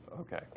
okay